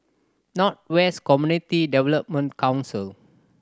North West Community Development Council